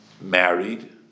married